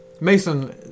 Mason